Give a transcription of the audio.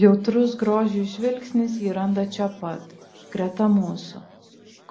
jautrus grožiui žvilgsnis jį randa čia pat greta mūsų